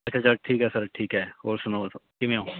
ਅੱਛਾ ਚੱਲ ਠੀਕ ਹੈ ਸਰ ਠੀਕ ਹੈ ਹੋਰ ਸੁਣਾਓ ਕਿਵੇਂ ਹੋ